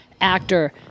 actor